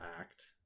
act